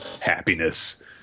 happiness